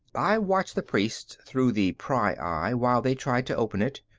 i watched the priests through the pryeye while they tried to open it.